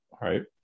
right